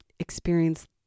experience